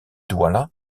dawla